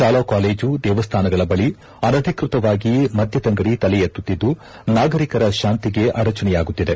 ಶಾಲಾ ಕಾಲೇಜು ದೇವಸ್ಥಾನಗಳ ಬಳಿ ಅನಧಿಕೃತವಾಗಿ ಮದ್ಯದಂಗಡಿ ತಲೆ ಎತ್ತುತ್ತಿದ್ದು ನಾಗರಿಕರ ಶಾಂತಿಗೆ ಅಡಚಣೆಯಾಗುತ್ತಿದೆ